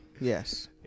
Yes